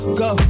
go